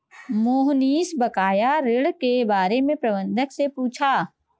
मोहनीश बकाया ऋण के बारे में प्रबंधक से पूछा